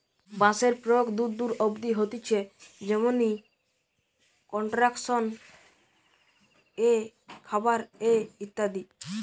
বাঁশের প্রয়োগ দূর দূর অব্দি হতিছে যেমনি কনস্ট্রাকশন এ, খাবার এ ইত্যাদি